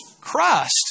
Christ